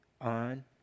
on